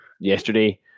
yesterday